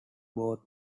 both